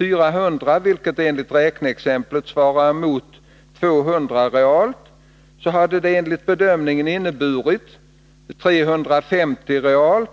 nominellt” vilket enligt räknexemplet svarar mot '—- 200 realt” så hade den enligt bedömningen inneburit ”— 350 realt.